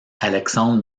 alexandre